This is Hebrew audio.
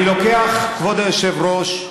אני לוקח, כבוד היושב-ראש,